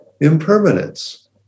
impermanence